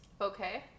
Okay